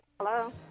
Hello